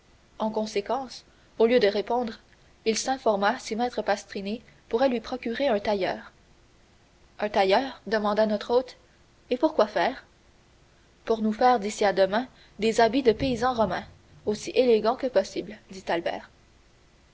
en conséquence au lieu de répondre il s'informa si maître pastrini pourrait lui procurer un tailleur un tailleur demanda notre hôte et pour quoi faire pour nous faire d'ici à demain des habits de paysans romains aussi élégants que possible dit albert